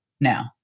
now